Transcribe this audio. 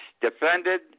defended